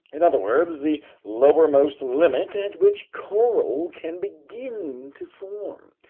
in other words, the lowermost limit at which coral can begin to form.